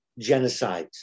genocides